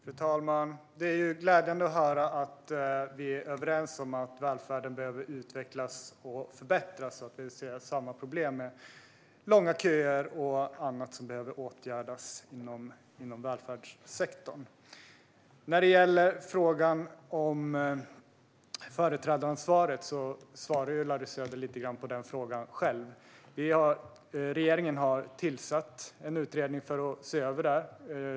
Fru talman! Det är glädjande att höra att vi är överens om att välfärden behöver utvecklas och förbättras och att vi ser samma problem med långa köer och annat som behöver åtgärdas inom välfärdssektorn. Frågan om företrädaransvaret svarade Larry Söder själv lite grann på. Regeringen har tillsatt en utredning för att se över det.